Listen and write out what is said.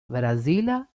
brazila